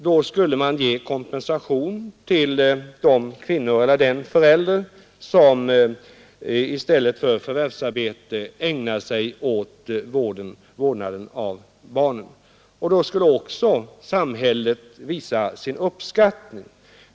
Då skulle man ge kompensation till den förälder som i stället för förvärvsarbete ägnar sig åt vårdnaden av barnen. Då skulle också samhället visa sin uppskattning.